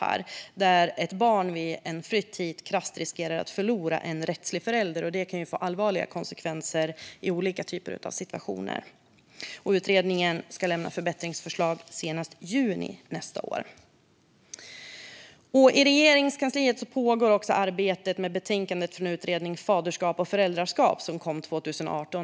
Vid en flytt hit riskerar ett barn helt krasst att förlora en rättslig förälder, vilket kan få allvarliga konsekvenser i olika situationer. Utredningen ska lämna förbättringsförslag senast i juni nästa år. I Regeringskansliet pågår också arbetet med betänkandet av Utredningen om faderskap och föräldraskap som presenterades 2018.